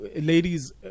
ladies